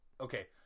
Okay